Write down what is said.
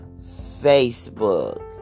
Facebook